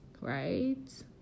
right